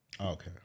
Okay